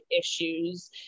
issues